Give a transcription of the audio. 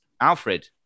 Alfred